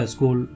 School